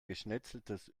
geschnetzeltes